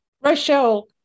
Rochelle